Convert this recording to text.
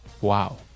Wow